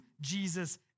Jesus